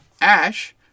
Ash